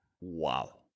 Wow